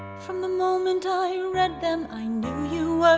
from the moment i read them i knew you were